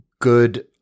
good